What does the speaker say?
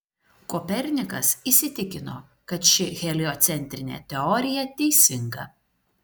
kopernikas įsitikino kad ši heliocentrinė teorija teisinga